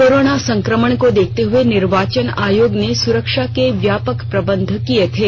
corona संक्रमण को देखते हये निर्वाचन आयोग ने सुरक्षा के व्यापक प्रबंध किये थे